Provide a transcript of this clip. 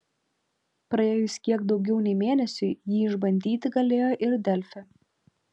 praėjus kiek daugiau nei mėnesiui jį išbandyti galėjo ir delfi